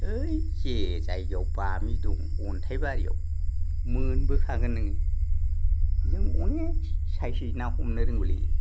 है जे जायगायाव बामि दं अन्थाय बारियाव मोनबोखागोन नोङो जों अनेक साइजयै ना हमनो रोंगौलै